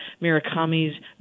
Mirakami's